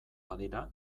badira